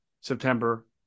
September